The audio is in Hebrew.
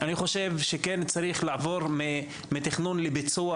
אני חושב שכן צריך לעבור מתכנון לביצוע,